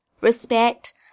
respect